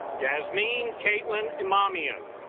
jazmyne kaitlyn amamiya and